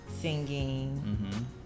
singing